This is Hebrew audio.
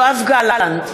יואב גלנט,